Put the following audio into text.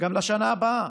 גם לשנה הבאה.